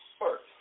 First